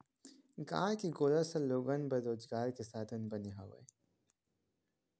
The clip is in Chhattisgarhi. गाय के गोरस ह लोगन बर रोजगार के साधन बने हवय